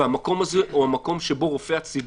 והמקום הזה הוא המקום שבו רופאי הציבור,